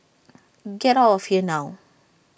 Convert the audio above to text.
get out of here now